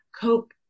cope